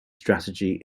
strategy